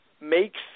makes